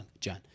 John